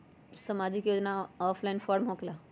समाजिक योजना offline form होकेला?